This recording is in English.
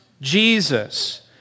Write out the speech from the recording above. Jesus